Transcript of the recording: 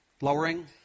lowering